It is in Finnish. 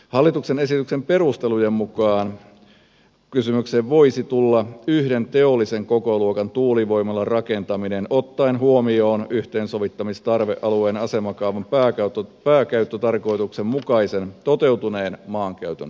hallituksen esityksen perustelujen mukaan kysymykseen voisi tulla yhden teollisen kokoluokan tuulivoimalan raken taminen ottaen huomioon yhteensovittamistarvealueen asemakaavan pääkäyttötarkoituksen mukaisen toteutuneen maankäytön kanssa